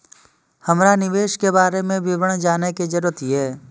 हमरा निवेश के बारे में विवरण जानय के जरुरत ये?